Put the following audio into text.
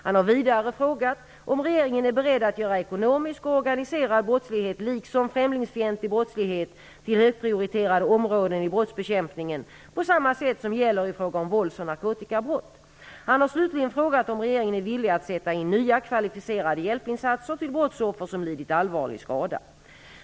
Han har vidare frågat om regeringen är beredd att göra ekonomisk och organiserad brottslighet liksom främlingsfientlig brottslighet till högprioriterade områden i brottsbekämpningen på samma sätt som gäller i fråga om vålds och narkotikabrott. Han har slutligen frågat om regeringen är villig att sätta in nya kvalificerade hjälpinsatser till brottsoffer som lidit allvarlig skada.